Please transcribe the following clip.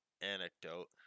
anecdote